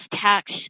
tax